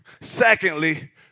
Secondly